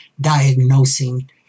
diagnosing